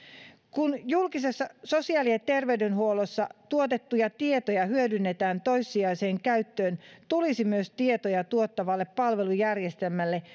kun julkisessa sosiaali ja ter veydenhuollossa tuotettuja tietoja hyödynnetään toissijaiseen käyttöön tulisi myös tietoja tuottavalle palvelujärjestelmälle